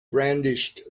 brandished